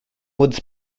woods